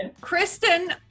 Kristen